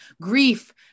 grief